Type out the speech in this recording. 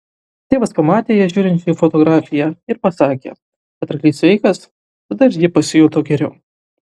tėvas pamatė ją žiūrinčią į fotografiją ir pasakė kad arklys sveikas tada ir ji pasijuto geriau